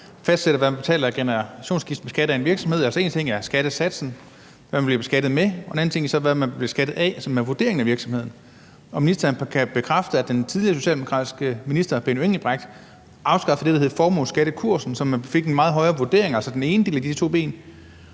fastsætter, hvad man betaler i generationsskifteskat af en virksomhed? Altså, en ting er skattesatsen, man bliver beskattet med, og en anden ting er så, hvad man bliver beskattet af, som er vurderingen af virksomheden. Kan ministeren bekræfte, at den tidligere socialdemokratiske minister Benny Engelbrecht afskaffede det, der hed formueskattekursen, så man fik en meget højere vurdering – altså det ene af de to ben